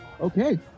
Okay